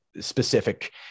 specific